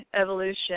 evolution